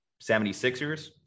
76ers